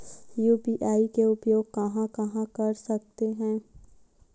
UPI के उपयोग कहां कहा कर सकत हन?